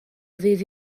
ddydd